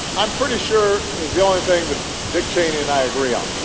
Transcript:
i'm pretty sure is the only thing that dick cheney and i agree on.